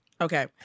Okay